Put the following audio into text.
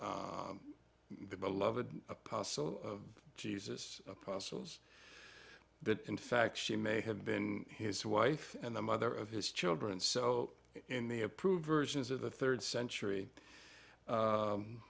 the beloved apostle of jesus apostles that in fact she may have been his wife and the mother of his children so in the approvers of the third century